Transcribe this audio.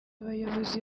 abayobozi